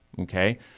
Okay